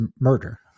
murder